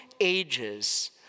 ages